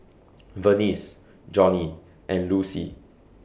Vernice Jonnie and Lucie